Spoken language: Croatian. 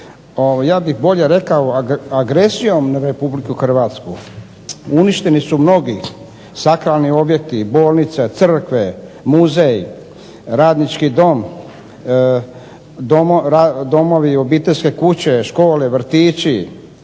ja bih bolje rekao agresijom na Republiku Hrvatsku uništeni su mnogi sakralni objekti, bolnice, crkve, muzej, Radnički dom, domovi, obiteljske kuće, škole, vrtići.